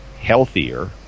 healthier